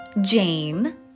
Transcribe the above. Jane